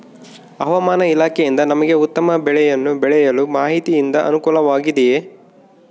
ಹವಮಾನ ಇಲಾಖೆಯಿಂದ ನಮಗೆ ಉತ್ತಮ ಬೆಳೆಯನ್ನು ಬೆಳೆಯಲು ಮಾಹಿತಿಯಿಂದ ಅನುಕೂಲವಾಗಿದೆಯೆ?